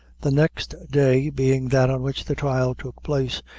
the next day being that on which the trial took place,